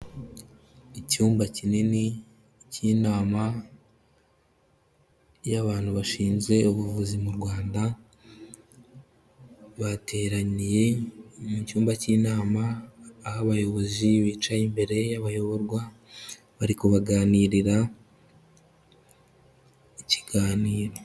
Icyumba kinini cy'inama y'abantu bashinzwe ubuvuzi mu Rwanda, bateraniye mu cyumba cy'inama, aho abayobozi bicaye imbere y'abayoborwa, bari kubaganirira ikiganiro.